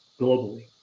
globally